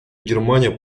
германия